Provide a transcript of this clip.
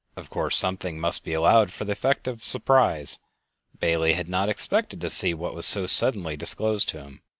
of course, something must be allowed for the effect of surprise bailey had not expected to see what was so suddenly disclosed to him.